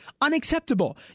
Unacceptable